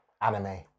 Anime